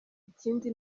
ikindi